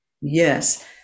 Yes